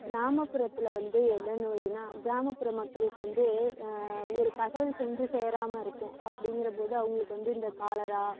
கிராமப்புறத்தில் வந்து என்ன நோய்னா கிராமப்புற மக்களுக்கு வந்து ஒரு தகவல் சென்று சேராமல் இருக்கும் அப்படிங்கற போது அவங்களுக்கு வந்து இந்த காலரா